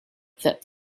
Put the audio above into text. that